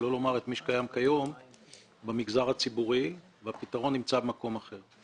שלא לומר את מי שקיים כיום במגזר הציבורי והפתרון נמצא במקום אחר.